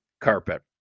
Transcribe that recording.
carpet